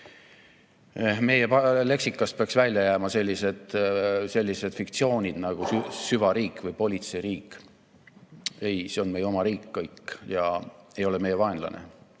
Meie leksikast peaks välja jääma sellised fiktsioonid nagu "süvariik" või "politseiriik". Ei, see kõik on meie oma riik ja see ei ole meie vaenlane.